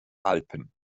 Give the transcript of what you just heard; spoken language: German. alpen